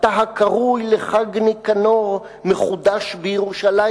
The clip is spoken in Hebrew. אתה הקרוא/ לחג ניקנור מחודש בירושלים